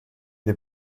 des